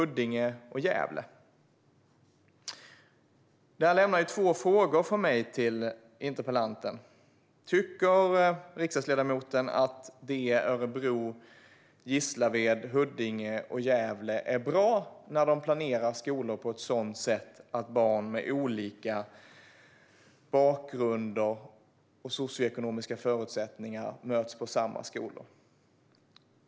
Detta lämnar två frågor från mig till interpellanten. Tycker riksdagsledamoten att det är bra att man i Örebro, Gislaved, Huddinge och Gävle planerar skolor på ett sådant sätt att barn med olika bakgrunder och socioekonomiska förutsättningar möts på samma skola?